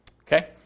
Okay